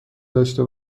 داشته